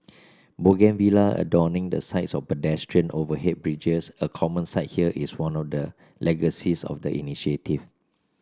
bougainvillea adorning the sides of pedestrian overhead bridges a common sight here is one of the legacies of the initiative